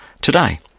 today